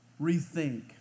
rethink